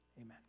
Amen